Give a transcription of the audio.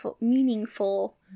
meaningful